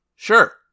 Sure